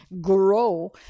grow